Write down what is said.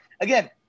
again